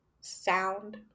sound